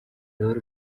leo